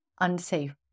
unsafe